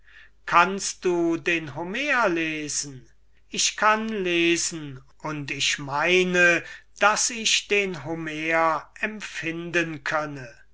kannst du den homer lesen ich kann lesen und ich meine daß ich den homer empfinden könne